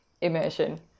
immersion